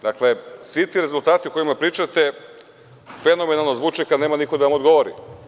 Dakle, svi ti rezultati o kojima pričate fenomenalno zvuče kada nema nikog da vam odgovori.